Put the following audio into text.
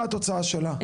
מה התוצאה שלה?